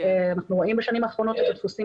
אנחנו רואים בשנים האחרונות את הדפוסים